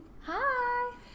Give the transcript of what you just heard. hi